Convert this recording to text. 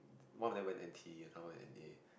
one of them went N_T and some of them N_A